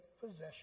possession